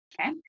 Okay